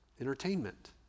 entertainment